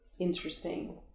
interesting